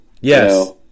Yes